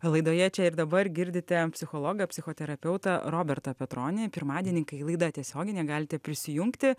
laidoje čia ir dabar girdite psichologą psichoterapeutą robertą petronį pirmadienį kai laida tiesioginė galite prisijungti